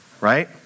right